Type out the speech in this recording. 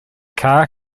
car